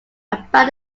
about